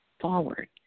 forward